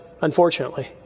unfortunately